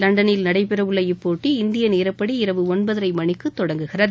லண்டனில் நடைபெறவுள்ள இப்போட்டி இந்திய நேரப்படி இரவு ஒன்பதரை மணிக்கு தொடங்குகிறது